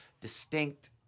distinct